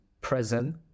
present